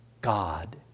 God